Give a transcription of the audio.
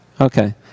Okay